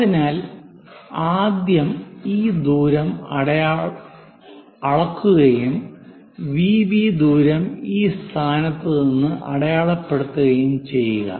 അതിനാൽ ആദ്യം ഈ ദൂരം അളക്കുകയും വിബി ദൂരം ഈ സ്ഥാനത്ത് നിന്ന് അടയാളപ്പെടുത്തുകയും ചെയ്യുക